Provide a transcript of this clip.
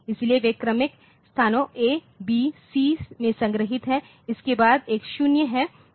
इसलिए वे क्रमिक स्थानों ए बी सी में संग्रहीत हैं इसके बाद एक 0 है